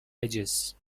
edges